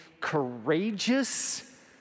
courageous